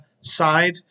side